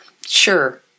Sure